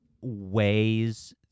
ways